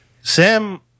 Sam